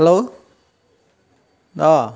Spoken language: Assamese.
হেল্ল' অ'